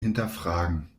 hinterfragen